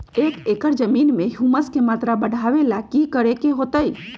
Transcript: एक एकड़ जमीन में ह्यूमस के मात्रा बढ़ावे ला की करे के होतई?